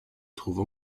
trouve